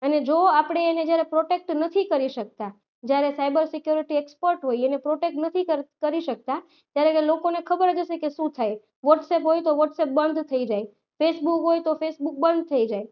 અને જો આપણે એને જ્યારે પ્રોટેક્ટ નથી કરી શકતા જ્યારે સાઇબર સિક્યોરિટી એક્સપર્ટ હોય એને પ્રોટેક્ટ નથી કરી શકતા ત્યારે લોકોને ખબર જ હશે કે શું થાય વોટ્સએપ હોય તો વોટ્સએપ બંધ થઈ જાય ફેસબુક હોય તો ફેસબુક બંધ થઈ જાય